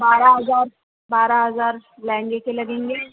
بارہ ہزار بارہ ہزار لہنگے کے لگیں گے